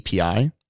API